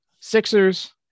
Sixers